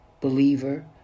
believer